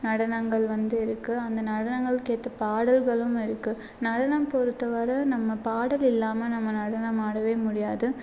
நடனங்கள் வந்து இருக்கு அந்த நடனங்களுக்கேற்ற பாடல்களும் இருக்கு நடனம் பொறுத்த வர நம்ம பாடல் இல்லாம நம்ம நடனம் ஆடவே முடியாது